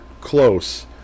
close